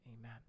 Amen